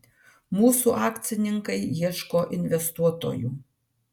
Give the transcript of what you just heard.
mūsų akcininkai ieško investuotojų